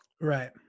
Right